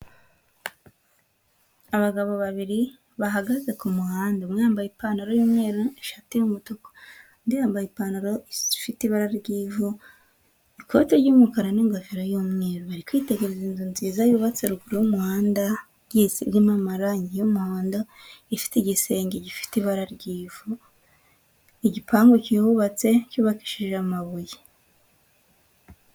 Abagabo babiri bahagaze ku muhanda. Umwe yambaye ipantaro y'umweru n'ishati y'umutuku, undi yambaye ipantaro ifite ibara ry'ivu, ikote ry'umukara n'ingofero y'umweru. Bari kwitegereza inzu nziza yubatse ruguru y'umuhanda, igeretse irimo amarangi y'umuhondo, ifite igisenge gifite ibara ry'ifu, igipangu kihubatse cyubakishije amabuye.